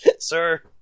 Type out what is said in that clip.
Sir